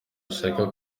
ashaka